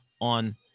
on